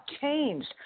changed